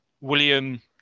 William